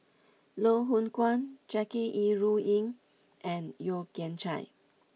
Loh Hoong Kwan Jackie Yi Ru Ying and Yeo Kian Chye